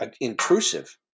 intrusive